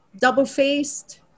double-faced